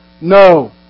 no